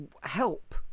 help